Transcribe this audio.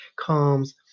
comes